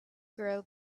girl